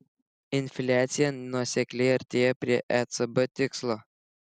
infliacija nuosekliai artėja prie ecb tikslo